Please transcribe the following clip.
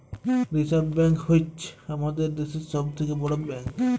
reserve bank হ্য়চ্ছ হামাদের দ্যাশের সব থেক্যে বড় ব্যাঙ্ক